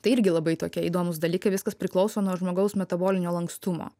tai irgi labai tokie įdomūs dalykai viskas priklauso nuo žmogaus metabolinio lankstumo